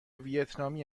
ویتنامی